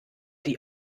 die